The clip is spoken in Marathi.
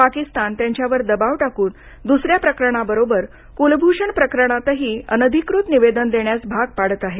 पाकिस्तानकडून त्यांच्यावर दबाव टाकून दुसऱ्या प्रकरणाबरोबर कुलभूषण प्रकरणातही अनधिकृत निवेदन देण्यास भाग पाडत आहे